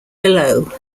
below